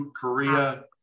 korea